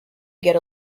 get